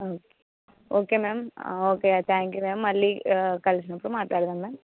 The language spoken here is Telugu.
okay okay ma'am okay thank you ma'am మళ్ళీ కలిసినప్పుడు మాట్లాడదాం మ్యామ్